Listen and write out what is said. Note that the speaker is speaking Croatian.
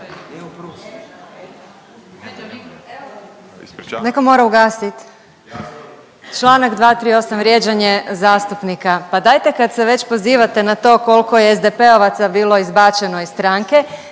Neko mora ugasit. Čl. 238., vrijeđanje zastupnika, pa dajte kad se već pozivate na to kolko je SDP-ovaca bilo izbačeno iz stranke,